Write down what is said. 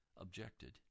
objected